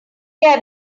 hey